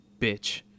bitch